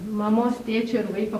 mamos tėčio ir vaiko